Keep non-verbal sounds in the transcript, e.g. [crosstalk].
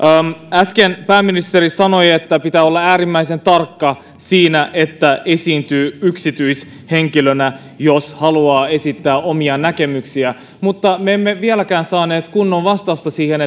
äsken pääministeri sanoi että pitää olla äärimmäisen tarkka siinä että esiintyy yksityishenkilönä jos haluaa esittää omia näkemyksiään mutta me emme vieläkään saaneet kunnon vastausta siihen [unintelligible]